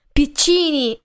piccini